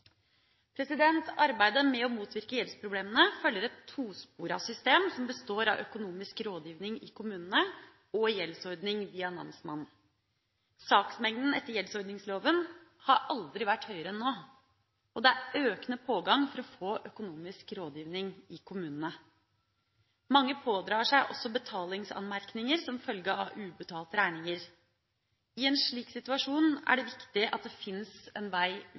Arbeidet med å motvirke gjeldsproblemene følger et tosporet system som består av økonomisk rådgivning i kommunene og gjeldsordning via namsmannen. Saksmengden etter gjeldsordningsloven har aldri vært større enn nå, og det er en økende pågang for å få økonomisk rådgivning i kommunene. Mange pådrar seg også betalingsanmerkninger som følge av ubetalte regninger. I en slik situasjon er det viktig at det fins en vei